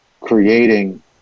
creating